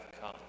come